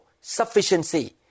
sufficiency